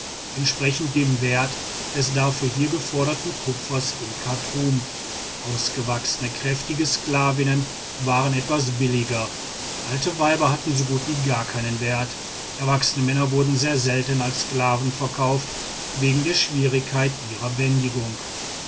entsprechend dem werte des dafür hier geforderten kupfers in chartum ausgewachsene kräftige sklavinnen waren etwas billiger alte weiber hatten so gut wie gar keinen wert erwachsene männer wurden sehr selten als sklaven verkauft wegen der schwierigkeit ihrer bändigung